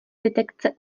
detekce